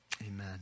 Amen